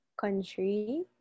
country